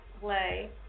Play